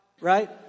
right